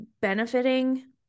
benefiting